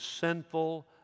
sinful